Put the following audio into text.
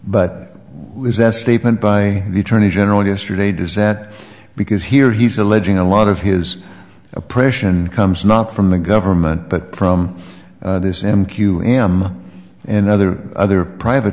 but is that statement by the attorney general yesterday does that because here he's alleging a lot of his oppression comes not from the government but from this m q m and other other private